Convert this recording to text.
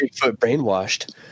brainwashed